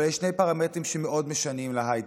אבל יש שני פרמטרים שמאוד משנים להייטק.